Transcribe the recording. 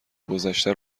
گذشته